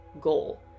goal